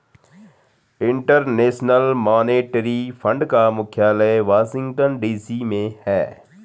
international monetary fund का मुख्यालय Washington DC में है